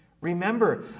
Remember